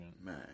Man